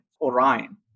Orion